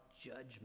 judgment